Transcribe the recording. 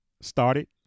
started